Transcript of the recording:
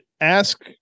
ask